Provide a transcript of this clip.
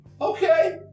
Okay